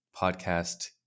podcast